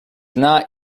not